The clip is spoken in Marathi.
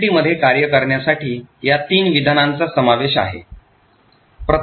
PLT मध्ये कार्य करण्यासाठी या तीन विधानांचा समावेश आहे प्रथम indirect jump आहे